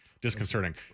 disconcerting